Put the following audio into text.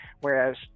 whereas